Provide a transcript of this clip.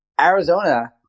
arizona